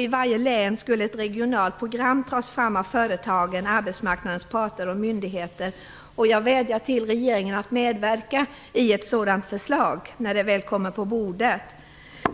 I varje län skulle ett regionalt program tas fram av företag, arbetsmarknadens parter och myndigheter. Jag vädjar alltså till regeringen om att denna medverkar när väl detta förslag ligger på bordet.